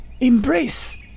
embrace